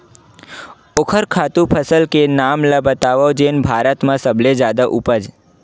ओखर खातु फसल के नाम ला बतावव जेन भारत मा सबले जादा उपज?